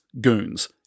goons